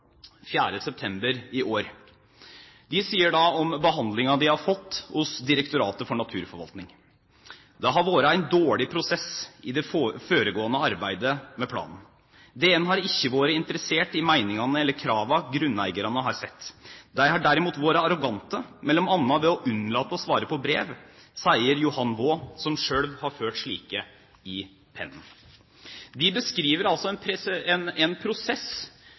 om behandlingen de har fått av Direktoratet for naturforvaltning: «Det har vore ein dårleg prosess i det føregåande arbeidet med planen. DN har ikkje vore interesserte i meiningane eller krava grunneigarane har sett. Dei har derimot vore arrogante, mellom anna ved å unnlate å svare på brev, seier Johan Vaa, som sjølv har ført slike i pennen.» De beskriver altså